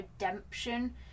redemption